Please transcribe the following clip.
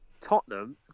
Tottenham